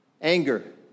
anger